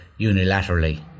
unilaterally